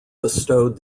bestowed